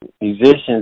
musicians